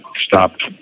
stopped